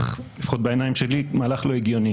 הוא לא נקבע יחד איתנו.